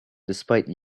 despite